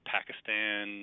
Pakistan